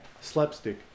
Slapstick